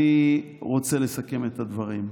אני רוצה לסכם את הדברים.